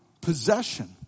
possession